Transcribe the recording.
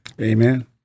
Amen